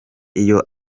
iyo